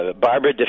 Barbara